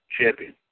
champion